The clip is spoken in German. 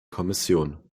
kommission